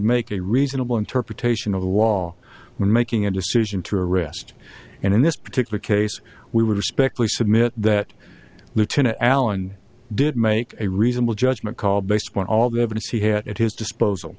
make a reasonable interpretation of the law when making a decision to arrest and in this particular case we would respectfully submit that lieutenant allen did make a reasonable judgment call based on all the evidence he had at his disposal